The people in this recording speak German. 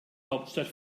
hauptstadt